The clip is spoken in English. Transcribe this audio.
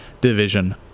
Division